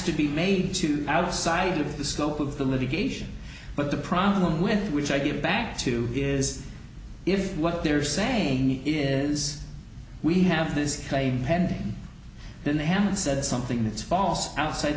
to be made to outside of the scope of the litigation but the problem with which i get back to is if what they're saying is we have this claim pending then they haven't said something that falls outside